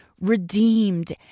redeemed